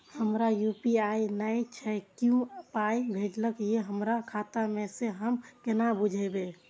हमरा यू.पी.आई नय छै कियो पाय भेजलक यै हमरा खाता मे से हम केना बुझबै?